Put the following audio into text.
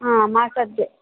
आ मासे